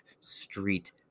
Street